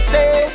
say